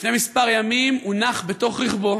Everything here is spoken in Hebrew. לפני כמה ימים הונח בתוך רכבו,